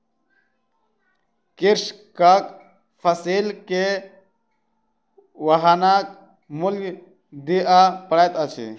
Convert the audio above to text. कृषकक फसिल के वाहनक मूल्य दिअ पड़ैत अछि